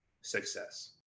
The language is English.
success